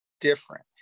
different